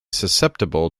susceptible